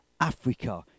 Africa